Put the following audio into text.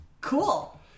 Cool